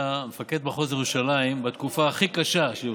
היה מפקד מחוז ירושלים בתקופה הכי קשה של ירושלים.